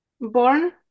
Born